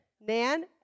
Nan